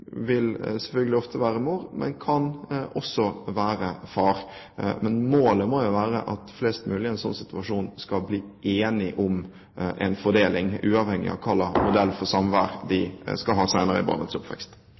vil selvfølgelig ofte være mor, men det kan også være far. Målet må jo være at flest mulig i en sånn situasjon skal bli enige om en fordeling, uavhengig av hva slags modell for samvær de skal ha senere i barnets oppvekst.